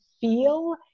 feel